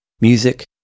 music